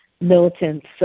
militants